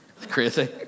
crazy